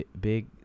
big